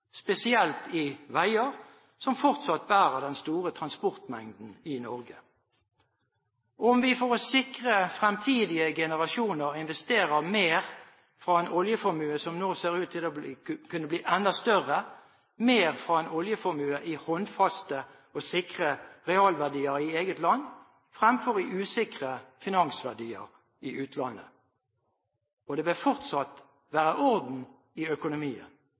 spesielt i veier som fortsatt bærer den store transportmengden i Norge. Om vi for å sikre fremtidige generasjoner investerer mer fra en oljeformue som nå ser ut til å kunne bli enda større, mer fra en oljeformue i håndfaste og sikre realverdier i eget land fremfor i usikre finansverdier i utlandet, vil det fortsatt være orden i økonomien